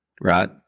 Right